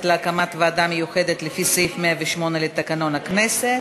להקמת ועדה מיוחדת לפי סעיף 108 לתקנון הכנסת.